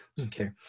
Okay